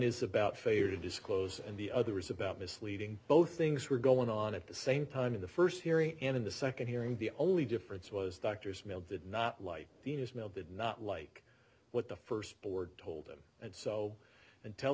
is about failure to disclose and the other was about misleading both things were going on at the same time in the first hearing and in the second hearing the only difference was doctors mail did not like the in his mail did not like what the first board told them and so